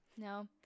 no